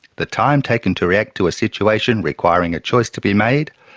the time taken to react to a situation requiring a choice to be made,